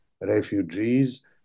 refugees